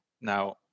Now